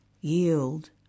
yield